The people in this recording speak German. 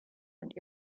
und